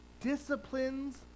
disciplines